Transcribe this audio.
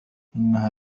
إنها